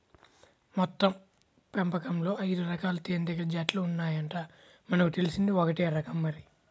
మొత్తం పెపంచంలో ఐదురకాల తేనీగల జాతులు ఉన్నాయంట, మనకు తెలిసింది ఒక్కటే రకం మరి